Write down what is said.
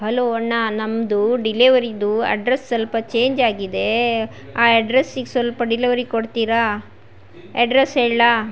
hello ಅಣ್ಣ ನಮನೆಂದು ಡಿಲೆವರಿದು ಅಡ್ರೆಸ್ ಸ್ವಲ್ಪ ಚೇಂಜ್ ಆಗಿದೆ ಆ ಎಡ್ರೆಸ್ಸಿಗೆ ಸ್ವಲ್ಪ ಡಿಲವರಿ ಕೊಡ್ತೀರಾ ಎಡ್ರೆಸ್ ಹೇಳಲಾ